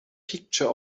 picture